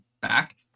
back